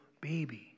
baby